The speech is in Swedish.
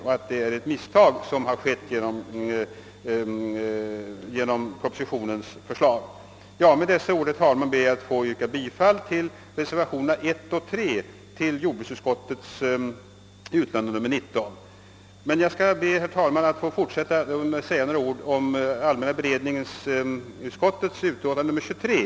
Jag anser att vad som föreslås i propositionen är ett misstag. Herr talman! Med dessa ord ber jag att få yrka bifall till reservationerna 1 och 3 i jordbruksutskottets utlåtande nr 19. Sedan ber jag att också få säga några ord om allmänna beredningsutskottets utlåtande nr 23.